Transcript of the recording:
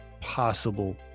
possible